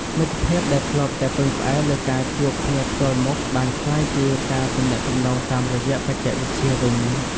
មិត្តភាពដែលធ្លាប់តែពឹងផ្អែកលើការជួបគ្នាផ្ទាល់មុខបានក្លាយជាការទំនាក់ទំនងតាមរយៈបច្ចេកវិទ្យាវិញ។